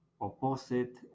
opposite